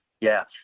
yes